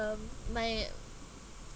um my uh